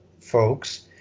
folks